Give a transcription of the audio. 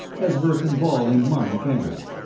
as verkan vall and marnik entered,